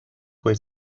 wait